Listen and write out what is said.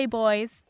boys